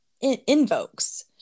invokes